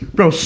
Bro